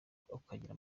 ukagira